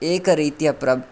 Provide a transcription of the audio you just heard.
एक रीत्यऽप्रब्